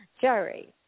Jerry